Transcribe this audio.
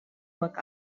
work